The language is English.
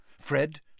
Fred